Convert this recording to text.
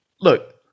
look